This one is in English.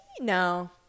no